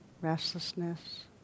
restlessness